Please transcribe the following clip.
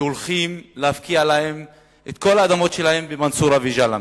שהולכים להפקיע להם את כל האדמות שלהם במנסורה ובג'למה.